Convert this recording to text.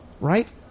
Right